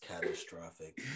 catastrophic